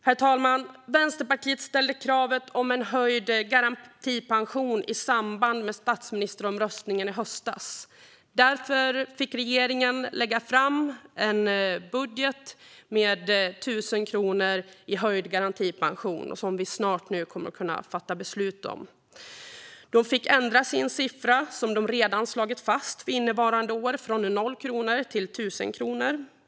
Herr talman! Vänsterpartiet ställde krav på en höjd garantipension i samband med statsministeromröstningen i höstas. Därför fick regeringen lägga fram en budget med 1 000 kronor i höjd garantipension, som vi snart kommer att fatta beslut om. De fick ändra siffran de redan slagit fast från noll till 1 000 kronor.